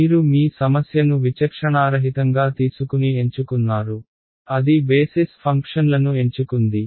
మీరు మీ సమస్యను విచక్షణారహితంగా తీసుకుని ఎంచుకున్నారు అది బేసిస్ ఫంక్షన్లను ఎంచుకుంది